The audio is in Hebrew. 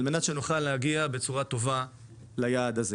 על מנת שנוכל להגיע בצורה טובה ליעד הזה.